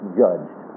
judged